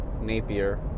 Napier